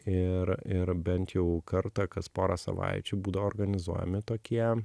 ir ir bent jau kartą kas porą savaičių būdavo organizuojami tokie